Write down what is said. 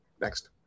Next